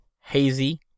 hazy